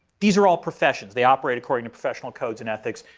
these are all professions. they operate according to professional codes and ethics.